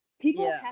People